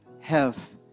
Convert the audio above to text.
health